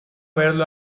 verlo